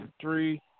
three